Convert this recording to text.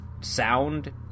sound